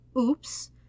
Oops